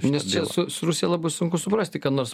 nes čia su su rusija labai sunku suprasti ką nors